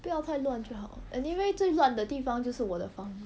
不要太乱就好 anyway 最乱的地方就是我的房